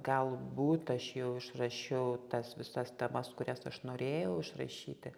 galbūt aš jau išrašiau tas visas temas kurias aš norėjau išrašyti